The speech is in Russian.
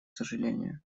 сожалению